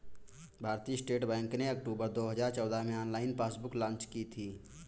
भारतीय state bank ने October दो हजार चौदह में ऑनलाइन पासबुक लॉन्च की थी